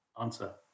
answer